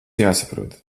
jāsaprot